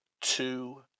two